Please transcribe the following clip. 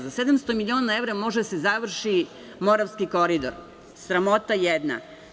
Za 700 miliona evra može da se završi Moravski koridor, sramota jedna.